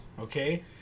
okay